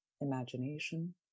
imagination